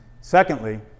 Secondly